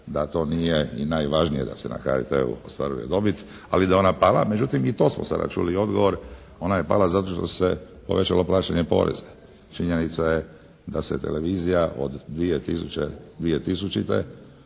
da to nije i najvažnije da se na HRT-u ostvaruje dobit, ali da je ona pala. Međutim i to smo sada čuli odgovor. Ona je pala zato što se povećalo plaćanje poreza. Činjenica je da se televizija od 2000.